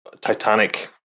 Titanic